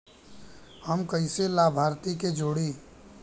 हम कइसे लाभार्थी के जोड़ी?